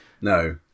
No